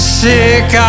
sick